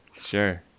sure